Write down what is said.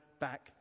back